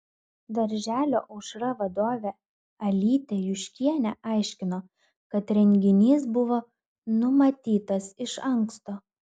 darželio aušra vadovė alytė juškienė aiškino kad renginys buvo numatytas iš anksto